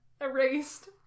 erased